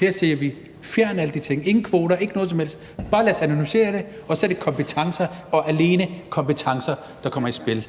Her siger vi: Fjern alle de ting – ingen kvoter, ikke noget som helst – bare lad os anonymisere det, og så er det kompetencer og alene kompetencer, der kommer i spil.